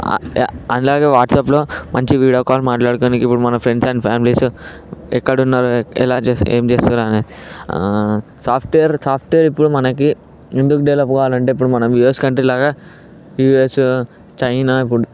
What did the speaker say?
అలాగే వాట్సాప్లో మంచి వీడియో కాల్ మాట్లాడుకొనేకి ఇప్పుడు మన ఫ్రెండ్స్ అండ్ ఫ్యామిలీస్ ఎక్కడ ఉన్నారో ఎలా ఏం చేస్తున్నారు అని సాఫ్ట్వేర్ సాఫ్ట్వేర్ ఇప్పుడు మనకి ఎందుకు డెవలప్ కావాలి అంటే ఇప్పుడు మనం యూఎస్ కంట్రీ లాగా యూఎస్ చైనా